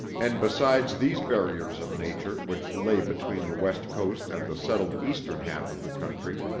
and besides these barriers of nature which lay between the west coast and the settled eastern half of the country,